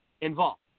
involved